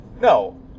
No